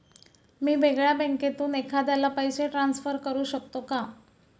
मी वेगळ्या बँकेतून एखाद्याला पैसे ट्रान्सफर करू शकतो का?